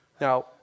Now